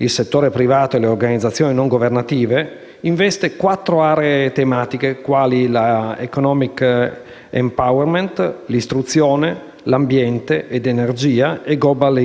il settore privato e le organizzazioni non governative, investe quattro aree tematiche quali la *economic empowerment*, istruzione, ambiente ed energia e *global